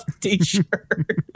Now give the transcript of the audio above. t-shirt